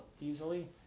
easily